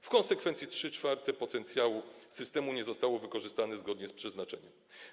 W konsekwencji 3/4 potencjału systemu nie zostało wykorzystane zgodnie z przeznaczeniem.